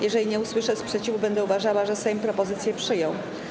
Jeżeli nie usłyszę sprzeciwu, będę uważała, że Sejm propozycję przyjął.